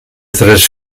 tres